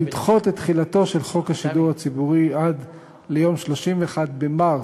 לדחות את תחילתו של חוק השידור הציבורי עד ליום 31 במרס